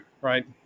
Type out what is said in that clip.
right